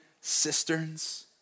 cisterns